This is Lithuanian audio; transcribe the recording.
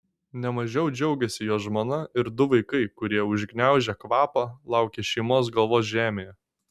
ne mažiau džiaugėsi jo žmona ir du vaikai kurie užgniaužę kvapą laukė šeimos galvos žemėje